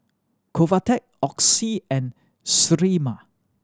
Convatec Oxy and Sterimar